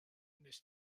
nes